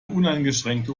uneingeschränkte